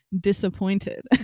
disappointed